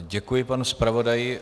Děkuji panu zpravodaji.